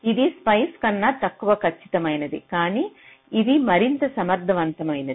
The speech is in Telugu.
ఇది స్పైస్ కన్నా తక్కువ ఖచ్చితమైనది కానీ ఇది మరింత సమర్థవంతమైనది